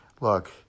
look